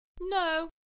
no